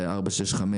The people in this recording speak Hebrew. ב-465,